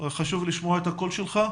חשוב לשמוע את הקול שלך.